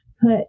put